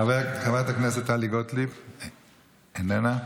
חברת הכנסת טלי גוטליב, איננה.